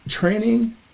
training –